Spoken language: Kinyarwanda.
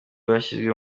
bashyizwe